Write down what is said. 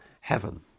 heaven